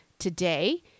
Today